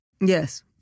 Yes